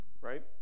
right